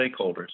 stakeholders